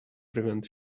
prevent